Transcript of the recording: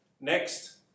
next